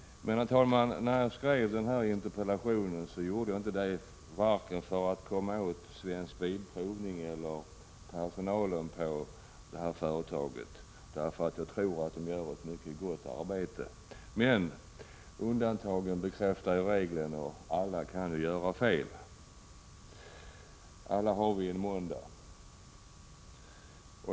Men, herr talman, när jag skrev denna interpellation gjorde jag det inte för att komma åt vare sig Svensk Bilprovning eller personalen på företaget. Jag tror att den gör ett mycket gott arbete, men undantagen bekräftar regeln och alla kan göra fel. Alla har vi en måndag.